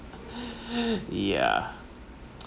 yeah